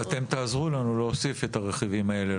ואתם תעזרו לנו להוסיף את הרכיבים האלה,